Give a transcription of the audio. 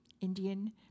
Indian